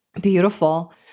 Beautiful